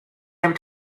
able